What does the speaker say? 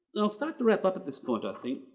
i'll start the wrap-up at this point i think.